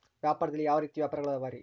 ವ್ಯಾಪಾರದಲ್ಲಿ ಯಾವ ರೇತಿ ವ್ಯಾಪಾರಗಳು ಅವರಿ?